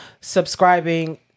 subscribing